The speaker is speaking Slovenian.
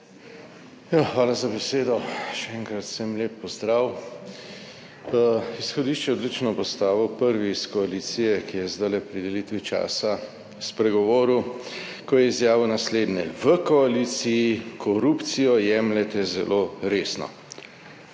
hvala za besedo. Še enkrat vsem lep pozdrav. Izhodišče je odlično postavil prvi iz koalicije, ki je zdajle pri delitvi časa spregovoril, ko je izjavil naslednje, »v koaliciji korupcijo jemljete zelo resno«,